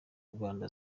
rwanda